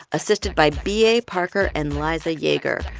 assisted by b a. parker and liza yeager.